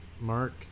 mark